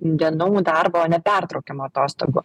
dienų darbo nepertraukiamų atostogų